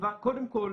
קודם כל,